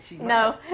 No